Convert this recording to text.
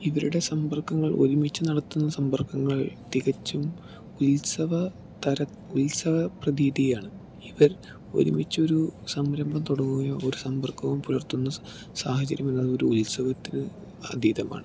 ഇവരുടെ സമ്പർക്കങ്ങൾ ഒരുമിച്ചു നടത്തുന്ന സമ്പർക്കങ്ങൾ തികച്ചും ഉത്സവ തര ഉത്സവ പ്രതീതിയാണ് ഇവർ ഒരുമിച്ചൊരു സംരംഭം തുടങ്ങുകയോ ഒരു സമ്പർക്കവും പുലർത്തുന്ന സാഹചര്യമുള്ള ഒരു ഉത്സവത്തിനു അതീതമാണ്